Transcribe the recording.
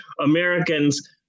Americans